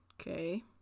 Okay